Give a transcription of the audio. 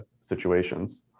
situations